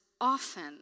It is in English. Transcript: often